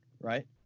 right